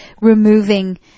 removing